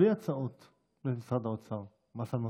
בלי הצעות למשרד האוצר, מס על מזגנים.